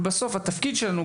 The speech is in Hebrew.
אבל בסוף התפקיד שלנו,